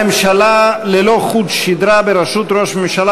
ממשלה ללא חוט שדרה בראשות ראש ממשלה